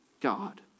God